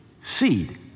seed